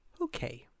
Okay